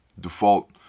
Default